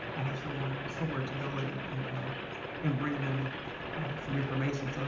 i have somewhere somewhere to go and and and bring them some information. so